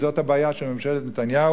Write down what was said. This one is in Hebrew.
זאת הבעיה של ממשלת נתניהו,